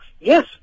Yes